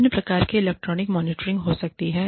विभिन्न प्रकार की इलेक्ट्रॉनिक मॉनिटरिंग हो सकती है